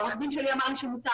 העורך דין שלו אמר לו שמותר,